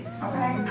Okay